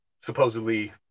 supposedly